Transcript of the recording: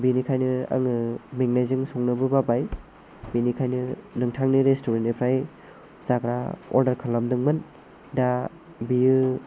बेनिखायनो आङो मेंनायजों संनोबो बाबाय बेनिखायनो नोंथांनि रेस्टुरेन्ट निफ्राय जाग्रा अर्डार खालामदोंमोन दा बेयो